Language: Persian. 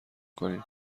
کنیم